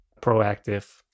proactive